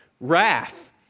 wrath